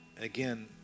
again